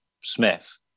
Smith